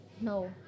No